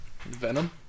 Venom